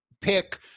pick